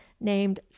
named